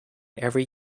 every